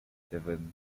seven